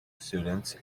students